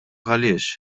għaliex